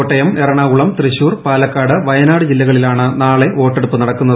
കോട്ടയം എറണാകുളം തൃശൂർ പാലക്കാട്ട് വിയനാട് ജില്ലകളിലാണ് നാളെ വോട്ടെടുപ്പ് നടക്കുന്നത്